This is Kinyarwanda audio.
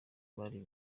bari